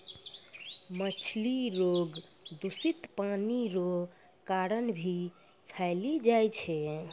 मछली रोग दूषित पानी रो कारण भी फैली जाय छै